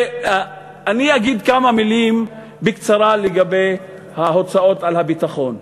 אני אגיד כמה מילים בקצרה לגבי ההוצאות על הביטחון,